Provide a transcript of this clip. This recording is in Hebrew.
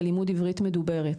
ללמוד עברית מדוברת,